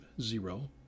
zero